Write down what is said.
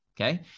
Okay